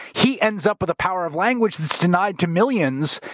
he ends up with a power of language that's denied to millions.